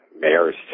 mare's